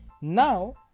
Now